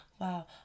Wow